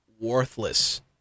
worthless